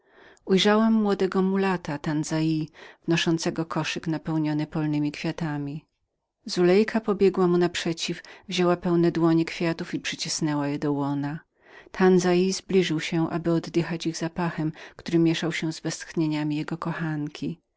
ujrzałam młodego mulata tantza wnoszącego koszyk napełniony polnemi kwiatami zulejka pobiegła naprzeciw niego wzięła pełne dłonie kwiatów i przycisnęła je do łona tantza zbliżył się aby oddychać ich zapachem który mięszał się z westchnieniami jego kochanki